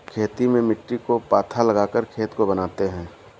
खेती में मिट्टी को पाथा लगाकर खेत को बनाते हैं?